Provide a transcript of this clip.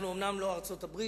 אנחנו אומנם לא ארצות-הברית,